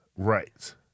Right